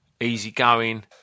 easygoing